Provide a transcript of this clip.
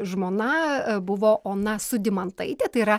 žmona buvo ona sudimantaitė tai yra